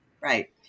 Right